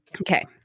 Okay